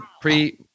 pre